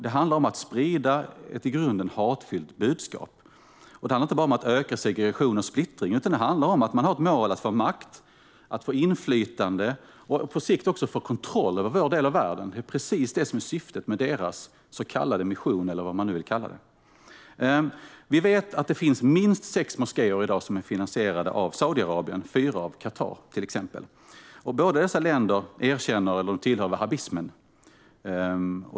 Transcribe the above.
Det handlar om att sprida ett i grunden hatfyllt budskap. Och det handlar inte bara om att öka segregation och splittring, utan man har som mål att få makt, inflytande och på sikt också kontroll över vår del av världen. Det är precis detta som är syftet med deras mission, eller vad man nu vill kalla det. Vi vet att det i dag finns minst sex moskéer som är finansierade av Saudiarabien och fyra som är finansierade av Qatar, till exempel. Båda dessa länder erkänner eller tillhör wahhabismen.